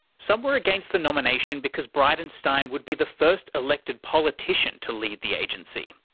some were against the nomination because bridenstine would be the first elected politician to lead the agency.